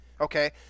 okay